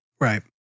Right